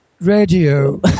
radio